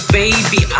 baby